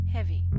Heavy